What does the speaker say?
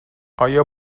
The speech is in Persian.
آیا